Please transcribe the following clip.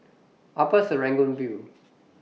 Upper Serangoon View